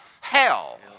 Hell